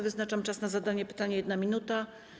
Wyznaczam czas na zadanie pytania - 1 minuta.